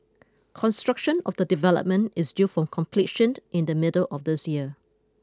construction of the development is due for completion in the middle of this year